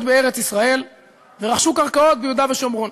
בארץ-ישראל ורכשו קרקעות ביהודה ושומרון.